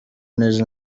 neza